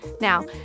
Now